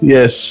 Yes